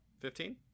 Fifteen